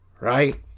Right